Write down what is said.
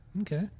Okay